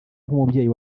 nk’umubyeyi